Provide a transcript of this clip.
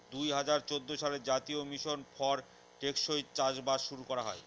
দুই হাজার চৌদ্দ সালে জাতীয় মিশন ফর টেকসই চাষবাস শুরু করা হয়